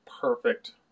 perfect